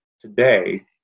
today